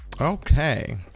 okay